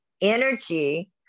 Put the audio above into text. energy